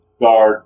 guard